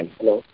Hello